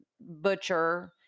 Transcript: butcher